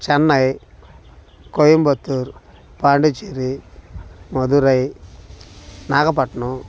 Chennai Coimbatore Pondicherry Madurai Nagapattinam